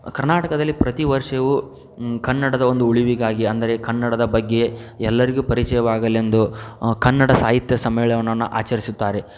ಕರ್ನಾಟಕದಲ್ಲಿ ಪ್ರತಿ ವರ್ಷವೂ ಕನ್ನಡದ ಒಂದು ಉಳಿವಿಗಾಗಿ ಅಂದರೆ ಕನ್ನಡದ ಬಗ್ಗೆ ಎಲ್ಲರಿಗೂ ಪರಿಚಯವಾಗಲೆಂದು ಕನ್ನಡ ಸಾಹಿತ್ಯ ಸಮ್ಮೇಳನವನ್ನ ಆಚರಿಸುತ್ತಾರೆ